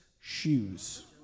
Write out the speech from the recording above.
Shoes